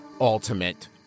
ultimate